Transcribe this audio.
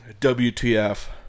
WTF